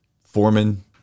foreman